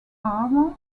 armour